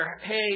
hey